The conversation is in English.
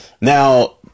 Now